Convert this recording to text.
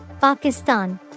Pakistan